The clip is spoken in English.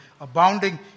abounding